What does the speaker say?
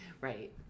Right